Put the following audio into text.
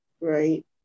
right